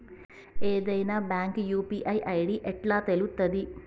ఏదైనా bank UPI ID ఎట్లా తెలుత్తది?